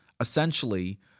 Essentially